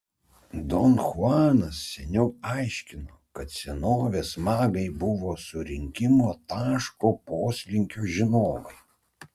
don chuanas seniau aiškino kad senovės magai buvo surinkimo taško poslinkio žinovai